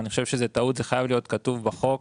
אני חושב שזוהי טעות; זה חייב להיות כתוב בחוק.